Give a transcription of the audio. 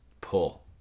Pull